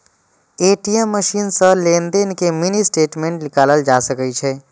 ATM machine सं लेनदेन के मिनी स्टेटमेंट निकालल जा सकै छै